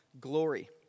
glory